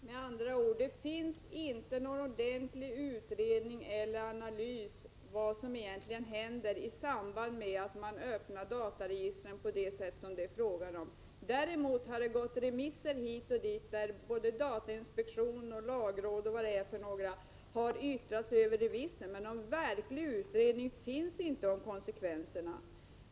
Herr talman! Med andra ord finns det inte någon ordentlig utredning eller analys av vad som egentligen händer i samband med att man öppnar dataregistren på det sätt som det i det aktuella fallet är fråga om. Däremot har det gått remisser hit och dit, som datainspektionen och lagrådet m.fl. har yttrat sig över. Men någon verklig utredning finns inte om konsekvenserna.